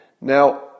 Now